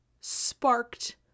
sparked